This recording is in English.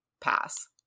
pass